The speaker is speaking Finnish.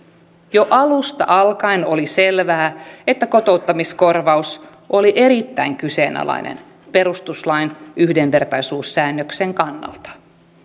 jo alusta alkaen oli selvää että kotouttamiskorvaus oli erittäin kyseenalainen perustuslain yhdenvertaisuussäännöksen kannalta